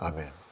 Amen